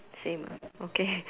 same ah okay